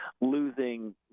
losing